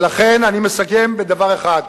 ולכן אני מסכם בדבר אחד: